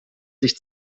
sich